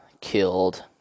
killed